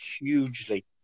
hugely